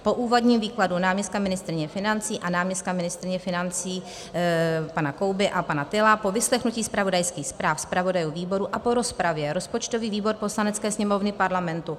Po úvodním výkladu náměstka ministryně financí a náměstka ministryně financí pana Kouby a pana Tyla, po vyslechnutí zpravodajských zpráv zpravodajů výborů a po rozpravě rozpočtový výbor Poslanecké sněmovny Parlamentu